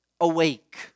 awake